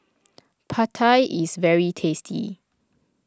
Pad Thai is very tasty